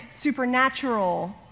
supernatural